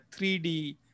3D